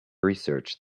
research